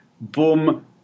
Boom